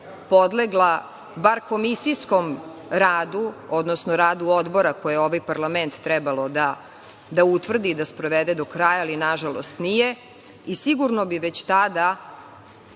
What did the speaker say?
podlegla bar komisijskom radu, odnosno radu Odbora, koji je ovaj parlament trebalo da utvrdi i da sprovede do kraja, ali nažalost nije, i sigurno bi već tada